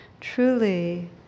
truly